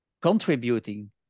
contributing